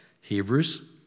Hebrews